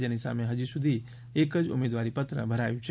જેની સામે હજી સુધી એક જ ઉમેદવારી પત્ર ભરાયું છે